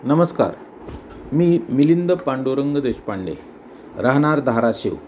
नमस्कार मी मिलिंद पांडुरंग देशपांडे राहणार धाराशिव